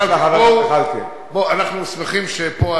אנחנו שמחים שפה,